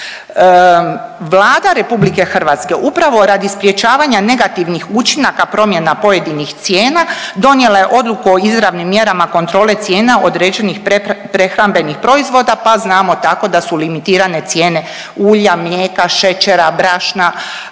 Vlada Republike Hrvatske upravo radi sprječavanja negativnih učinaka promjena pojedinih cijena donijela je odluku o izravnim mjerama kontrole cijena određenih prehrambenih proizvoda, pa znamo tako da su limitirane cijene ulja, mlijeka, šećera, brašna,